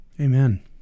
Amen